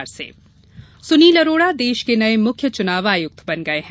मुख्य चुनाव आयुक्त सुनील अरोड़ा देश के नये मुख्य चुनाव आयुक्त बन गये हैं